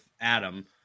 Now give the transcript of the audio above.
adam